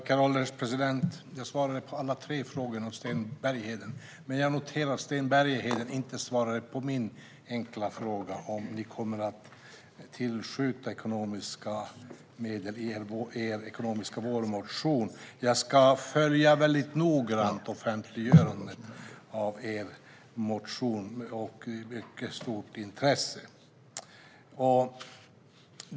Herr ålderspresident! Jag svarade på Sten Berghedens alla tre frågor, men jag noterar att han inte svarade på min enkla fråga: Kommer ni att tillskjuta ekonomiska medel i er ekonomiska vårmotion? Jag ska noggrant och med mycket stort intresse följa offentliggörandet av er motion.